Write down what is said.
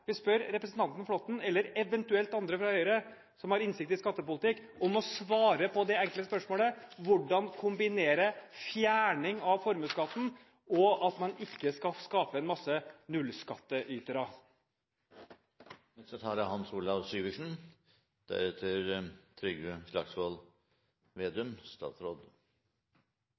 vi spør om her. Vi ber representanten Flåtten, eller eventuelt andre fra Høyre som har innsikt i skattepolitikk, om å svare på det enkle spørsmålet: Hvordan kan man kombinere fjerning av formuesskatten med å ikke skape mange nullskattytere? Først til representanten Flåtten: Hvis han kommer innom Kristelig Folkepartis gruppeavslutning og ikke